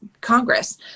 Congress